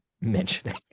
mentioning